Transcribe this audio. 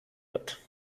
wird